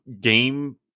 game